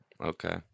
Okay